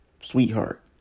sweetheart